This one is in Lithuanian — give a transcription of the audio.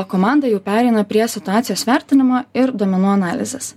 komanda jau pereina prie situacijos vertinimo ir duomenų analizės